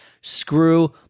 Screw